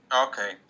Okay